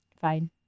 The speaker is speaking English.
Fine